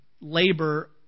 labor